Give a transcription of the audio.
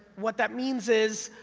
what that means is,